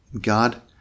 God